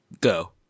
go